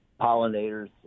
pollinators